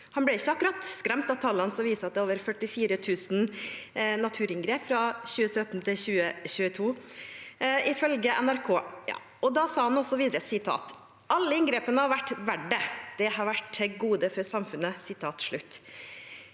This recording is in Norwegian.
Han ble ikke akkurat skremt av tallene som viser at det er over 44 000 naturinngrep fra 2017 til 2022, ifølge NRK. Han sa også videre: «Alle inngrepene har vært verdt det. De har vært til gode for samfunnet.»